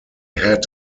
had